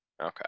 Okay